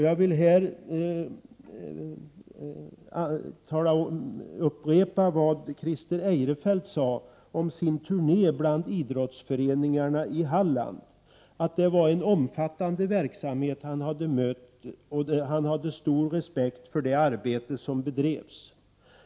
Jag vill anknyta till det som Christer Eirefeldt sade om sin turné bland idrottsföreningarna i Halland, att han hade mött en omfattande verksamhet och hans respekt är stor för det arbete som där bedrivs.